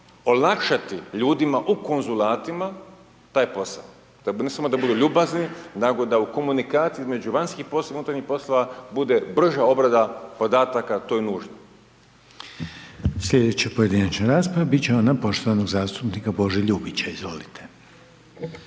olakšati ljudima u konzulatima taj posao. Ne samo da budu ljubazni nego da u komunikaciji između vanjskih poslova i unutarnjih poslova bude brža obrada podataka, a to je nužno. **Reiner, Željko (HDZ)** Sljedeća pojedinačna rasprava biti će ona poštovanog zastupnika Bože Ljubića, izvolite.